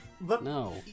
No